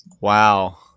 Wow